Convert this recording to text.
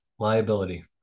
Liability